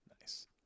Nice